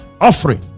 offering